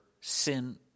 sin